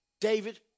David